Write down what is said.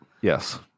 yes